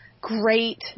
great